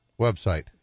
Website